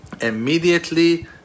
Immediately